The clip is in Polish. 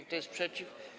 Kto jest przeciw?